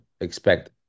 expect